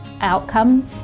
outcomes